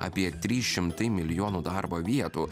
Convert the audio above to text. apie trys šimtai milijonų darbo vietų